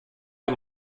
der